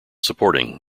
supporting